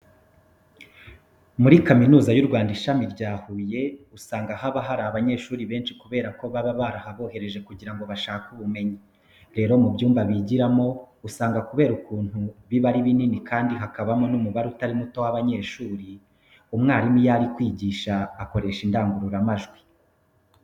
Muri Kaminuza y'u Rwanda, ishami rya Huye usanga haba hari abanyeshuri benshi kubera ko baba barahabohereje kugira ngo bashake ubumenyi. Rero mu byumba bigiramo, usanga kubera ukuntu biba ari binini kandi hakabamo n'umubare utari muto w'abanyeshuri, umwarimu iyo ari kwigisha akoresha indangururamajwi.